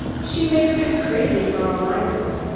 she may have been crazy for all i know.